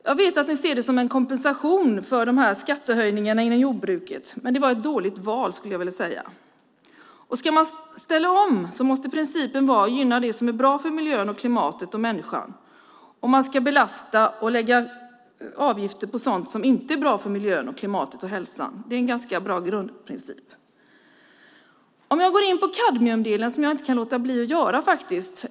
Jag vet att man ser det som en kompensation för skattehöjningarna inom jordbruket, men det var ett dåligt val, skulle jag vilja säga. Om man ska ställa om måste principen vara att man gynnar det som är bra för miljön, klimatet och människors hälsa och belasta och lägga avgifter på sådant som inte är bra för miljön, klimatet och hälsan. Det är en ganska bra grundprincip. Jag kan inte låta bli att gå in på kadmiumdelen.